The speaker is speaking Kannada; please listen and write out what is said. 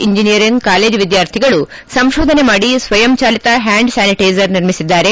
ಇಂಜಿನಿಯರಿಂಗ್ ಕಾಲೇಜ್ ವಿದ್ಯಾರ್ಥಿಗಳು ಸಂಶೋಧನೆ ಮಾಡಿ ಸ್ವಯಂ ಚಾಲಿತ ಹ್ಲಾಂಡ್ ಸ್ಲಾನಿಟೇಜರ್ ನಿರ್ಮಿಸಿದ್ದಾರೆ